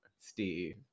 Steve